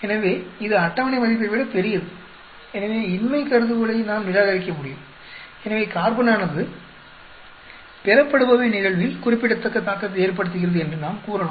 எனவே இது அட்டவணை மதிப்பை விட பெரியது எனவே இன்மை கருதுகோளை நாம் நிராகரிக்க முடியும் எனவே கார்பனானது பெறப்படுபவை நிகழ்வில் குறிப்பிடத்தக்க தாக்கத்தை ஏற்படுத்துகிறது என்று நாம் கூறலாம்